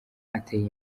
ateye